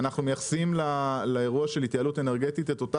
אנחנו מייחסים לאירוע של התייעלות אנרגטית את אותה